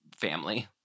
family